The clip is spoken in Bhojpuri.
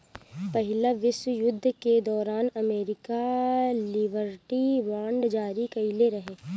पहिला विश्व युद्ध के दौरान अमेरिका लिबर्टी बांड जारी कईले रहे